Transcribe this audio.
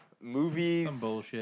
movies